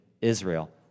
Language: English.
Israel